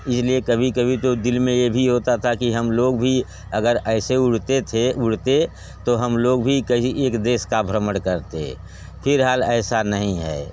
इस लिए कभी कभी तो दिल में ये भी होता था कि हम लोग भी अगर ऐसे उड़ते थे उड़ते तो हम लोग भी कहीं एक देश का भ्रमण करते फ़िलहाल ऐसा नहीं है